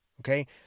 Okay